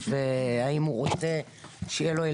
מאוד קשה,